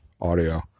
audio